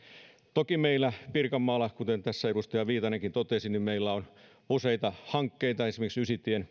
toki meillä pirkanmaalla kuten tässä edustaja viitanenkin totesi on useita hankkeita esimerkiksi ysitien